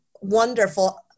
wonderful